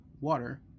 water